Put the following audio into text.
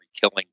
killing